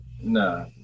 nah